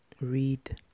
read